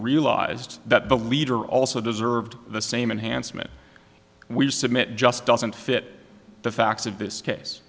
realized that the leader also deserved the same enhanced men we submit just doesn't fit the facts of this case